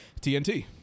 TNT